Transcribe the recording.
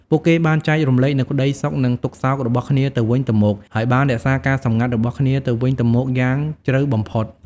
ពួកគេបានចែករំលែកនូវក្តីសុខនិងទុក្ខសោករបស់គ្នាទៅវិញទៅមក ហើយបានរក្សាការសម្ងាត់របស់គ្នាទៅវិញទៅមកយ៉ាងជ្រៅបំផុត។